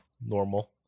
normal